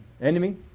Enemy